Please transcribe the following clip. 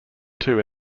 two